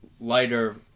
lighter